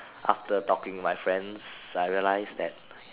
after talking my friends I realise that